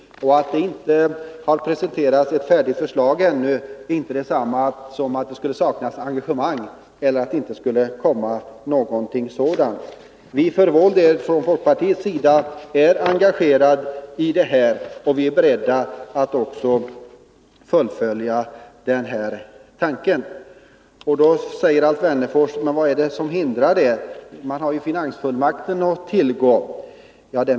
Att det ännu inte presenterats ett färdigt förslag är inte detsamma som att det skulle saknas engagemang. Vi inom folkpartiet är engagerade i detta, och vi är beredda att fullfölja den här tanken. Då frågar Alf Wennerfors vad det är som hindrar; man har ju finansfullmakten att tillgå.